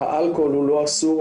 האלכוהול הוא לא אסור,